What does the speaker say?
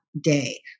day